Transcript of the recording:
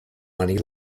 money